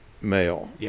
male